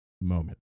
moment